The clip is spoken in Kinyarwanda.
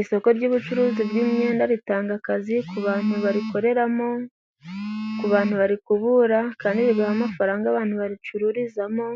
Isoko ry’ubucuruzi bw’imyenda ritanga akazi ku bantu barikoreramo, ku bantu barikubura, kandi rigaha amafaranga abantu bacururizamo